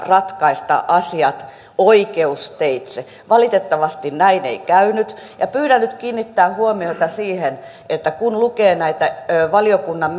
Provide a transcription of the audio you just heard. ratkaista asiat oikeusteitse valitettavasti näin ei käynyt pyydän nyt kiinnittämään huomiota siihen että kun lukee näitä valiokunnan